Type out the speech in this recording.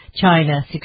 China